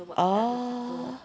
oh